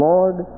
Lord